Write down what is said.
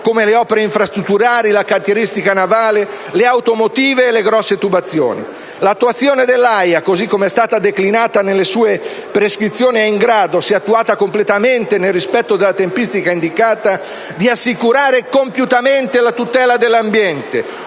come le opere infrastrutturali, la cantieristica navale, le *automotive* e le grosse tubazioni. L'attuazione dell'AIA, così come è stata declinata nelle sue prescrizioni, è in grado, se effettuata completamente e nel rispetto della tempistica indicata, di assicurare compiutamente la tutela dell'ambiente,